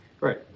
Right